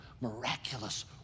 miraculous